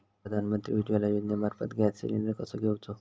प्रधानमंत्री उज्वला योजनेमार्फत gas cylinder कसो घेऊचो?